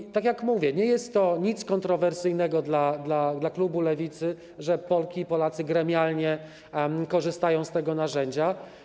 I tak jak mówię, nie jest to nic kontrowersyjnego dla klubu Lewicy, że Polki i Polacy gremialnie korzystają z tego narzędzia.